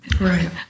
Right